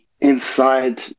inside